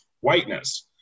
whiteness